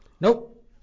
Nope